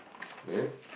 then